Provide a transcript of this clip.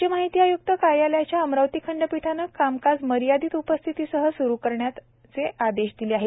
राज्य माहिती आय्क्त आकार्यालयाच्या अमरावती खंडपिठाचे कामकाज मर्यादीत उपस्थितीसह स्रू करण्यात आलेले आहे